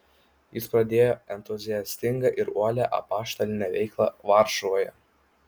jis pradėjo entuziastingą ir uolią apaštalinę veiklą varšuvoje